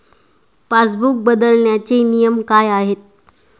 Passbook बदलण्याचे नियम काय आहेत?